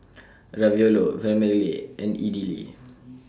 Ravioli Vermicelli and Idili